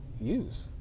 use